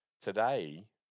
Today